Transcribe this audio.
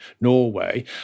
Norway